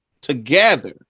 together